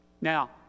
Now